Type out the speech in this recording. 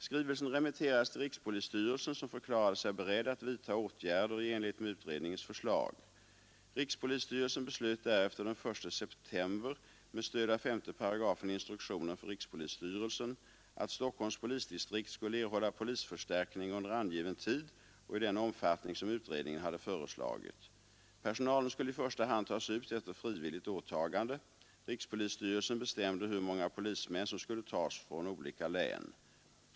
Skrivelsen remitterades till rikspolisstyrelsen, som förklarade sig beredd att vidta åtgärder i enlighet med utredningens förslag. Rikspolisstyrelsen beslöt därefter den 1 september, med stöd av 5 § instruktionen för rikspolisstyrelsen, att Stockholms polisdistrikt skulle erhålla polisförstärkning under angiven tid och i den omfattning som utredningen hade föreslagit. Personalen skulle i första hand tas ut efter frivilligt åtagande. Rikspolisstyrelsen bestämde hur många polismän som skulle tas från olika län.